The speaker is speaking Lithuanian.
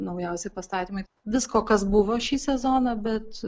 naujausi pastatymai visko kas buvo šį sezoną bet